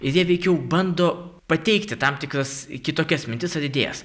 ir jie veikiau bando pateikti tam tikras kitokias mintis ar idėjas